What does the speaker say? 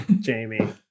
Jamie